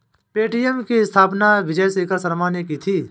Paytm की स्थापना विजय शेखर शर्मा ने की थी